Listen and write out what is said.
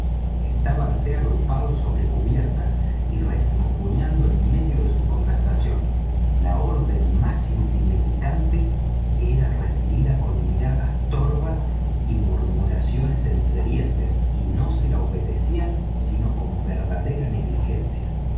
goleta estábanse agrupados sobre cubierta y refunfuñando en medio de su conversación la orden más insignificante era recibida con miradas torvas y murmuraciones entre dientes y no se la obedecía sino con verdadera negligencia